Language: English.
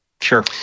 sure